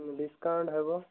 discount ହେବ